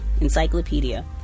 encyclopedia